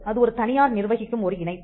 அது ஒரு தனியார் நிர்வகிக்கும் ஒரு இணைப்பு